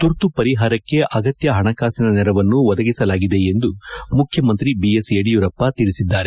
ತುರ್ತು ಪರಿಹಾರಕ್ಕೆ ಅಗತ್ಯ ಹಣಕಾಸಿನ ನೆರವನ್ನು ಒದಗಿಸಲಾಗಿದೆ ಎಂದು ಮುಖ್ಯಮಂತ್ರಿ ಬಿಎಸ್ ಯಡಿಯೂರಪ್ಪ ತಿಳಿಸಿದ್ದಾರೆ